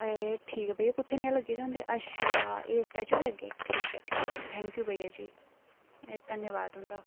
ऐ ठीक भैया कुत्थै न लग्गे दे होंदे आटो अच्छा ऐ सटेचो दे अग्गै ठीक ऐ ठीक ऐ थैंक यू भैया जी ऐ घन्यावाद तुं'दा